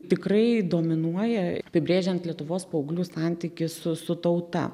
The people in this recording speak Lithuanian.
tikrai dominuoja apibrėžiant lietuvos paauglių santykį su su tauta